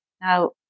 Now